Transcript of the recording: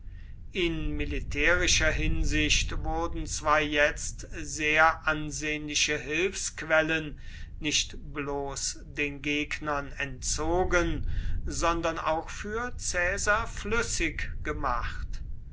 in militärischer hinsicht wurden zwar jetzt sehr ansehnliche hilfsquellen nicht bloß den gegnern entzogen sondern auch für caesar flüssig gemacht